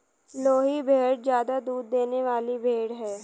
लोही भेड़ ज्यादा दूध देने वाली भेड़ है